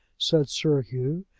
said sir hugh,